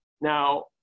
Now